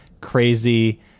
crazy